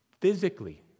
physically